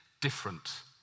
different